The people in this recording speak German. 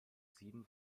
sieben